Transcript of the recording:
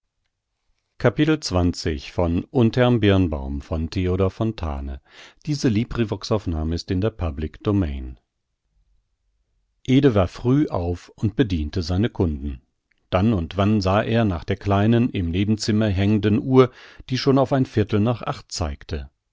war früh auf und bediente seine kunden dann und wann sah er nach der kleinen im nebenzimmer hängenden uhr die schon auf ein viertel nach acht zeigte